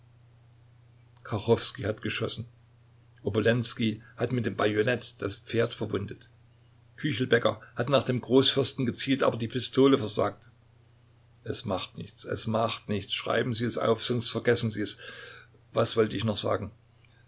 hat geschossen obolenskij hat mit dem bajonett das pferd verwundet küchelbäcker hat nach dem großfürsten gezielt aber die pistole versagte es macht nichts es macht nichts schreiben sie es auf sonst vergessen sie es was wollte ich noch sagen